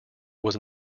was